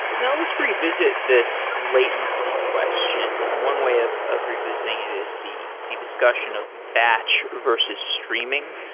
now let's revisit this latency question. and one way of of revisiting it is the the discussion of batch versus streaming.